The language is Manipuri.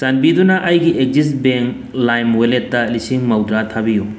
ꯆꯥꯟꯕꯤꯗꯨꯅ ꯑꯩꯒꯤ ꯑꯦꯛꯖꯤꯁ ꯕꯦꯡ ꯂꯥꯏꯝ ꯋꯦꯜꯂꯦꯠꯇ ꯂꯤꯁꯤꯡ ꯃꯧꯗ꯭ꯔꯥ ꯊꯥꯕꯤꯌꯨ